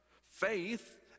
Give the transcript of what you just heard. faith